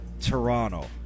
Toronto